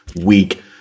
week